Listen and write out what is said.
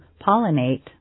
pollinate